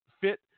fit